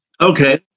Okay